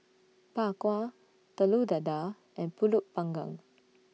Bak Kwa Telur Dadah and Pulut Panggang